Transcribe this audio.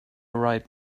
right